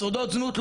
שורדות זנות,